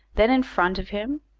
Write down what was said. then in front of him,